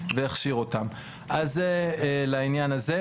ואחרי שעשית את כל הטוב הזה,